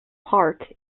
park